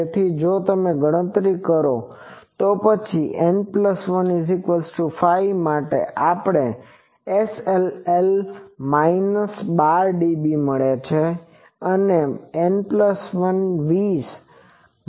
તેથી જો તમે ગણતરી કરો તો પછી N15 માટે આપણને SLL મળે છે